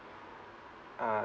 uh